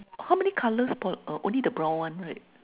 how many colors per uh only the brown one right